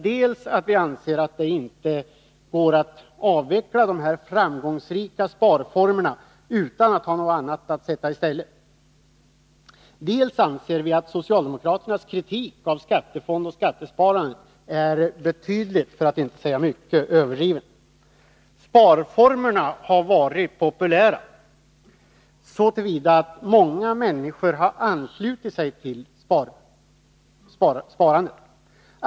Dels anser vi att det inte går att avveckla dessa framgångsrika sparformer utan att ha något annat att sätta i stället, dels anser vi att socialdemokraternas kritik av skattesparkonto och skattefondssparande är betydligt överdriven. Sparformerna har varit populära, så till vida att många människor har anslutit sig till detta sparande.